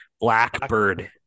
Blackbird